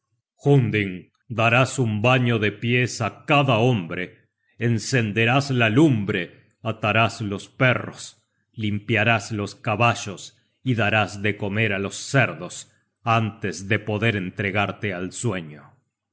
hunding darás un baño de pies á cada hombre encenderás la lumbre atarás los perros limpiarás los caballos y darás de comer á los cerdos antes de poder entregarte al sueño